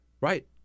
Right